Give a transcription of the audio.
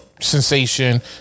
sensation